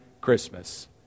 Christmas